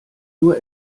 nur